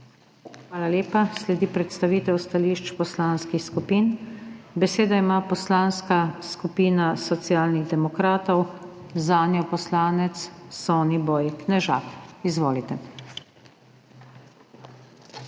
Hvala lepa. Sledi predstavitev stališč poslanskih skupin. Besedo ima Poslanska skupina Socialnih demokratov, zanjo poslanec Soniboj Knežak. Izvolite.